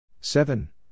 seven